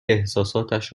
احساساتش